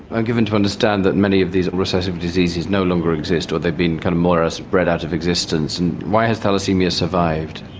ah given to understand that many of these recessive diseases no longer exist or they'd been kind of more or less bred out of existence. and why has thalassaemia survived?